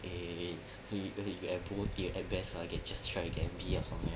eh we we at both try to get a B or something like that